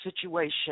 situation